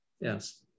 Yes